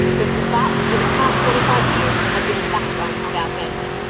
who for the but for the past forty five years has been the backbone of our family.